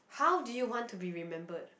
how do you want to be remembered